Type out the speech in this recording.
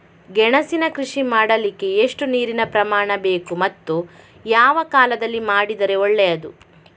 ಗೆಣಸಿನ ಕೃಷಿ ಮಾಡಲಿಕ್ಕೆ ಎಷ್ಟು ನೀರಿನ ಪ್ರಮಾಣ ಬೇಕು ಮತ್ತು ಯಾವ ಕಾಲದಲ್ಲಿ ಮಾಡಿದರೆ ಒಳ್ಳೆಯದು?